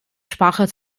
sprache